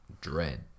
dread